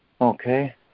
Okay